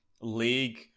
league